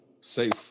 safe